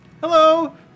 Hello